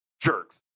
jerks